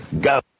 go